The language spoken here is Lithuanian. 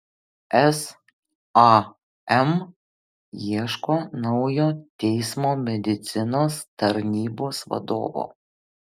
sam ieško naujo teismo medicinos tarnybos vadovo